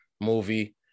movie